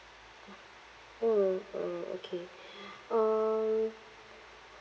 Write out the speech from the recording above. mm mm okay um